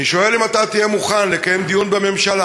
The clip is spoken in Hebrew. אני שואל אם אתה תהיה מוכן לקיים דיון בממשלה,